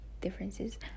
differences